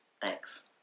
Thanks